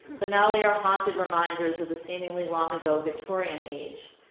but now they are haunted reminders of the seemingly long ago victorian age.